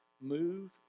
move